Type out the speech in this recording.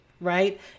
right